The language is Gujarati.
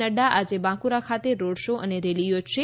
નફા આજે બાંકુરા ખાતે રોડ શો અને રેલી યોજશે